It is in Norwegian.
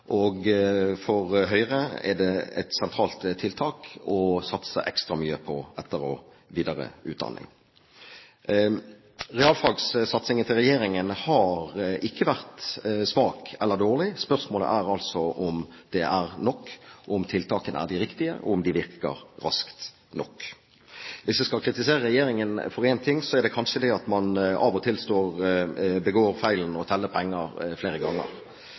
For Høyre er det et sentralt tiltak å satse ekstra mye på etter- og videreutdanning. Realfagsatsingen til regjeringen har ikke vært svak eller dårlig. Spørsmålet er om det er nok, om tiltakene er riktige, og om de virker raskt nok. Hvis jeg skal kritisere regjeringen for en ting, er det kanskje at man av og til begår feilen å telle pengene flere ganger.